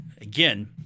again